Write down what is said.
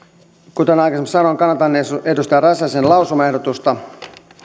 kuten aikaisemmin sanoin kannatan edustaja räsäsen lausumaehdotusta